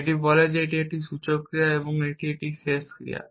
এই বলে যে এটি একটি সূচনা ক্রিয়া এবং এটি একটি শেষ ক্রিয়া